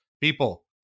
People